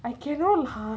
I cannot lah